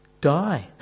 die